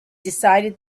decided